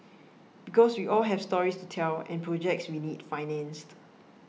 because we all have stories to tell and projects we need financed